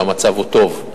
שהמצב הוא טוב,